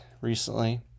recently